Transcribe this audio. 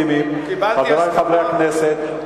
כן.